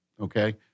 Okay